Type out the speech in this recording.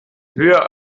höher